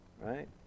Right